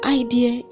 idea